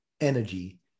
energy